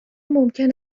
ممکن